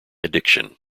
addiction